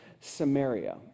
Samaria